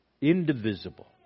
Indivisible